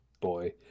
boy